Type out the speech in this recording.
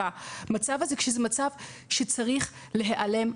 המצב הזה כשזה מצב שצריך להיעלם מהעולם.